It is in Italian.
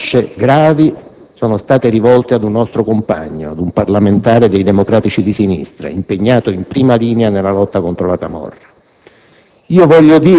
Minacce gravi sono state poi rivolte ad un nostro compagno, un parlamentare dei Democratici di Sinistra, impegnato in prima linea nella lotta contro la camorra.